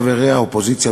חברי האופוזיציה,